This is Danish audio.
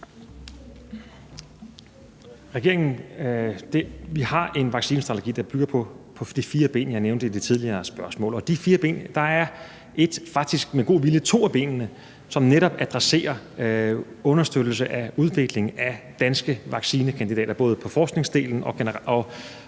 Regeringen har jo en vaccinestrategi, som bygger på de fire ben, jeg nævnte i det tidligere spørgsmål. Og af de fire ben er der et, med lidt god vilje faktisk to ben, som netop adresserer understøttelse af udvikling af danske vaccinekandidater, både på forskningsdelen og også